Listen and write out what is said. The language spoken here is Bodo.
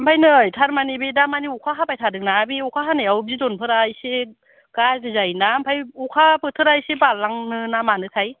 ओमफ्राय नै थारमानि बे दामानि अखा हाबाय थादों ना बे अखा हानायाव बिदनफोरा एसे गाज्रि जायो ना ओमफ्राय अखा बोथोरा एसे बारलांनो ना मानोथाय